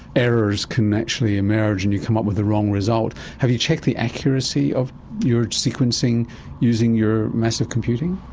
errors can actually emerge and you come up with the wrong result. have you checked the accuracy of your sequencing using your massive computing?